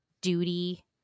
duty